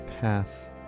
path